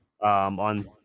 On